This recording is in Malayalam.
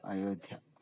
അയോദ്ധ്യ പിന്നെ